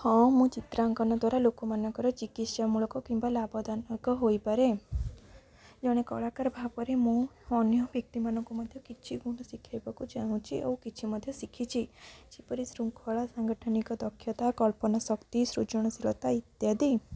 ହଁ ମୁଁ ଚିତ୍ରାଙ୍କନ ଦ୍ୱାରା ଲୋକମାନଙ୍କର ଚିକିତ୍ସାମୂଳକ କିମ୍ବା ଲାଭଦାନକ ହୋଇପାରେ ଜଣେ କଳାକାର ଭାବରେ ମୁଁ ଅନ୍ୟ ବ୍ୟକ୍ତିମାନଙ୍କୁ ମଧ୍ୟ କିଛି ଗୁଣ ଶିଖାଇବାକୁ ଚାହୁଁଛି ଓ କିଛି ମଧ୍ୟ ଶିଖିଛି ଯେପରି ଶୃଙ୍ଖଳା ସାଙ୍ଗଠନିକ ଦକ୍ଷତା କଳ୍ପନା ଶକ୍ତି ସୃଜନଶୀଳତା ଇତ୍ୟାଦି